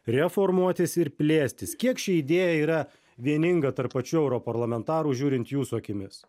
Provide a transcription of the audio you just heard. reformuotis ir plėstis kiek ši idėja yra vieninga tarp pačių europarlamentarų žiūrint jūsų akimis